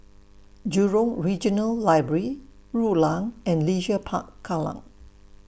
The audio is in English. Jurong Regional Library Rulang and Leisure Park Kallang